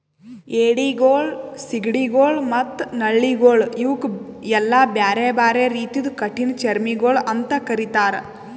ಏಡಿಗೊಳ್, ಸೀಗಡಿಗೊಳ್ ಮತ್ತ ನಳ್ಳಿಗೊಳ್ ಇವುಕ್ ಎಲ್ಲಾ ಬ್ಯಾರೆ ಬ್ಯಾರೆ ರೀತಿದು ಕಠಿಣ ಚರ್ಮಿಗೊಳ್ ಅಂತ್ ಕರಿತ್ತಾರ್